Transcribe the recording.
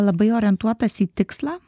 labai orientuotas į tikslą